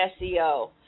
SEO